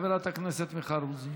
חברת הכנסת מיכל רוזין.